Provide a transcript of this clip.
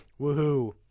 Woohoo